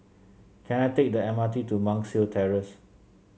can I take the M R T to Monk's Hill Terrace